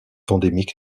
endémique